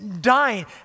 dying